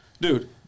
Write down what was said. Dude